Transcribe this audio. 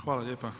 Hvala lijepa.